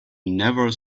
never